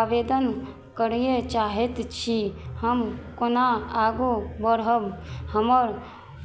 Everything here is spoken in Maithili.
आवेदन करय चाहैत छी हम कोना आगू बढ़ब हमर